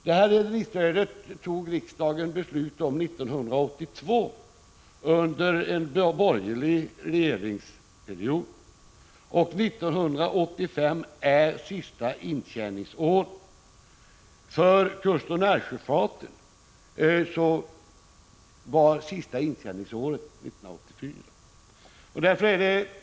Detta rederistöd fattade riksdagen beslut om 1982, under en borgerlig regeringsperiod. 1985 var sista intjänandeår. För kustoch närsjöfarten var sista intjänandeår 1984.